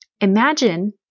Imagine